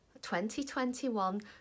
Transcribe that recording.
2021